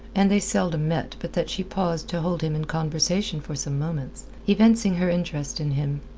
and they seldom met but that she paused to hold him in conversation for some moments, evincing her interest in him.